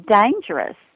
dangerous